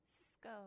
Cisco